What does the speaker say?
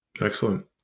Excellent